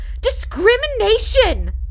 Discrimination